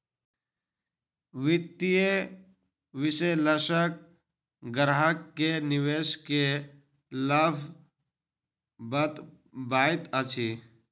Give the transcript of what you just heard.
वित्तीय विशेलषक ग्राहक के निवेश के लाभ बतबैत अछि